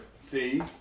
See